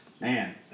Man